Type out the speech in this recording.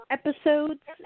episodes